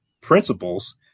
principles